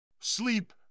Sleep